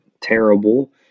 terrible